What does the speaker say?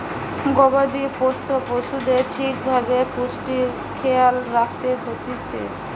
গবাদি পোষ্য পশুদের ঠিক ভাবে পুষ্টির খেয়াল রাখত হতিছে